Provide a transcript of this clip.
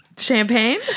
Champagne